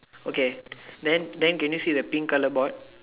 okay then then can you see the pink color board